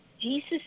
Jesus